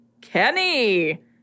Kenny